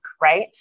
Right